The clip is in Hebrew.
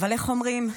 איך אומרים?